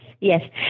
yes